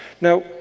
Now